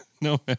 No